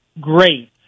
great